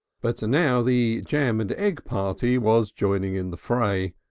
but now the jam and egg party was joining in the fray.